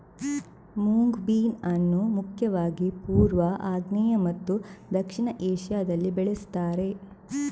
moong bean ಅನ್ನು ಮುಖ್ಯವಾಗಿ ಪೂರ್ವ, ಆಗ್ನೇಯ ಮತ್ತು ದಕ್ಷಿಣ ಏಷ್ಯಾದಲ್ಲಿ ಬೆಳೆಸ್ತಾರೆ